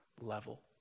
level